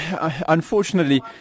unfortunately